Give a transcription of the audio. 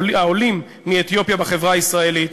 העולים מאתיופיה בחברה הישראלית,